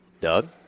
Doug